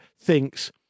thinks